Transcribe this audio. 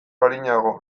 arinago